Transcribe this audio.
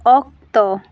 ᱚᱠᱛᱚ